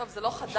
טוב, זה לא חדש.